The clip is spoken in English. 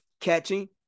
catching